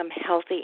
healthy